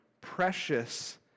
precious